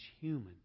human